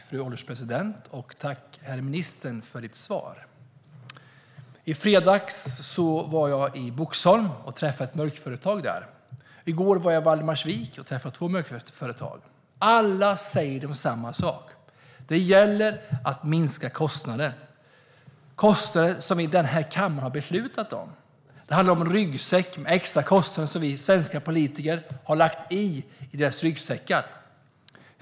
Fru ålderspresident! Jag tackar herr ministern för svaret. I fredags var jag i Boxholm och träffade ett mjölkföretag. I går var jag i Valdemarsvik och träffade två mjölkföretag. Alla säger de samma sak: Det gäller att minska kostnader - kostnader som man beslutat om i den här kammaren. Det handlar om extra kostnader som vi svenska politiker har lagt i deras ryggsäckar.